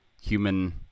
human